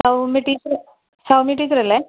Soumya teacher Soumya ടീച്ചറല്ലേ